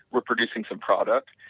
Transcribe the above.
we're producing some products,